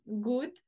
good